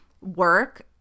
work